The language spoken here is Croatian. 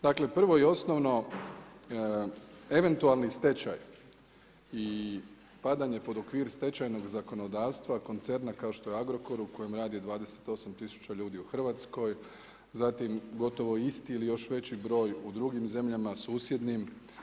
Dakle, prvo i osnovno, eventualni stečaj i padanje pod okvir stečajnog zakonodavstva koncerna kao što je Agrokor, u kojem radi 28000 ljudi u Hrvatskoj, zatim, gotovo isti ili još veći broj u drugim zemljama, susjednim.